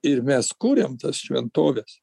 ir mes kūriam tas šventoves